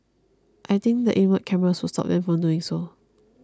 I think the inward cameras would stop them from doing so